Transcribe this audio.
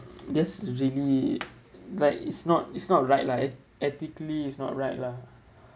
that's really like it's not it's not right like et~ ethically it's not right lah